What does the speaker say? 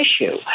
issue